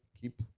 keep